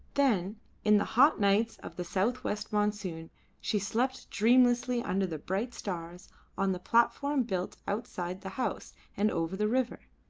then in the hot nights of the south-west monsoon she slept dreamlessly under the bright stars on the platform built outside the house and over the river.